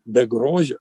be grožio